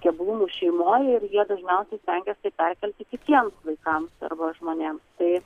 keblumų šeimoj ir jie dažniausiai stengias tai perkelti kitiems vaikams arba žmonėm tai